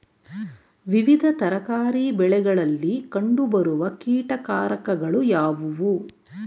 ವಿವಿಧ ತರಕಾರಿ ಬೆಳೆಗಳಲ್ಲಿ ಕಂಡು ಬರುವ ಕೀಟಕಾರಕಗಳು ಯಾವುವು?